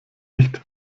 nicht